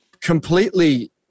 completely –